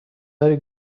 داری